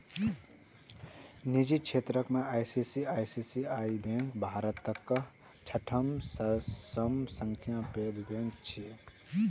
निजी क्षेत्रक ICICI bank भारतक छठम सबसं पैघ बैंक छियै